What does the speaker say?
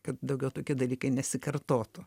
kad daugiau tokie dalykai nesikartotų